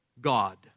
God